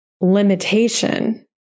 limitation